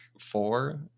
four